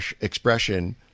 expression